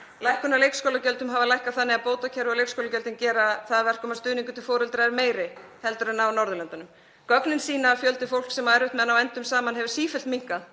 Lækkun á leikskólagjöldum hefur verið þannig að bótakerfið og leikskólagjöldin gera það að verkum að stuðningur til foreldra er meiri en á hinum Norðurlöndunum. Gögnin sýna að fjöldi fólks sem á erfitt með að ná endum saman hefur sífellt minnkað